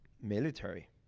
military